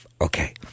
Okay